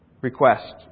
request